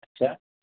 अच्छा